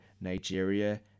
nigeria